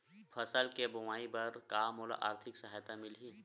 फसल के बोआई बर का मोला आर्थिक सहायता मिलही?